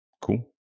Cool